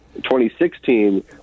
2016